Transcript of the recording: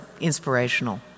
inspirational